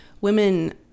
Women